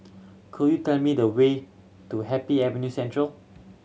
could you tell me the way to Happy Avenue Central